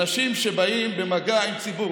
אנשים שבאים במגע עם ציבור.